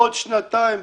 בעוד שנתיים,